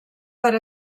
per